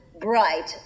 bright